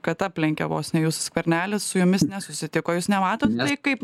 kad aplenkė vos ne jus skvernelis su jumis nesusitiko jūs nematot kaip